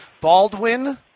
Baldwin